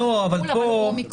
אבל הוא אומיקרון.